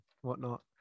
whatnot